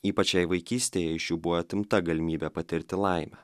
ypač jei vaikystėje iš jų buvo atimta galimybė patirti laimę